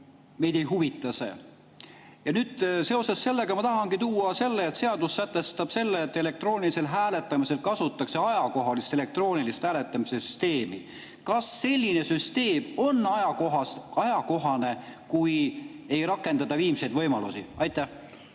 see ei huvita. Seoses sellega ma tahangi tuua esile, et seadus sätestab, et elektroonilisel hääletamisel kasutatakse ajakohast elektroonilise hääletamise süsteemi. Kas see süsteem on ajakohane, kui ei rakendata viimaseid võimalusi? Aitäh,